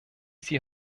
sie